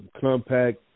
compact